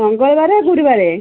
ମଙ୍ଗଳବାରେ ଗୁରୁବାରେ